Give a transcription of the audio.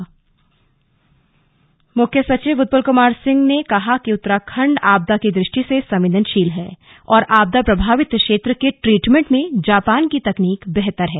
slug बैठक मुख्य सचिव उत्पल कुमार सिंह ने कहा कि उत्तराखण्ड आपदा की दृष्टि से संवेदनशील है और आपदा प्रभावित क्षेत्र के ट्रीटमेंट में जापान की तकनीक बेहतर है